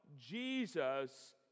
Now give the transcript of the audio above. Jesus